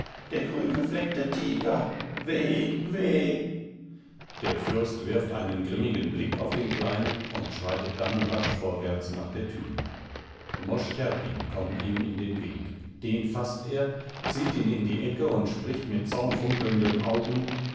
der grüngefleckte tiger weh weh der fürst wirft einen grimmigen blick auf den kleinen und schreitet dann rasch vorwärts nach der türe mosch terpin kommt ihm in den weg den faßt er zieht ihn in die ecke und spricht mit zornfunkelnden augen